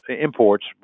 imports